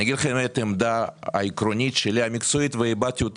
אני אגיד לכם את העמדה העקרונית שלי המקצועית